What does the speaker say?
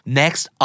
next